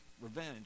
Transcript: revenge